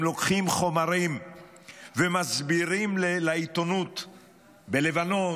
הם לוקחים חומרים ומסבירים לעיתונות בלבנון,